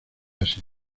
asia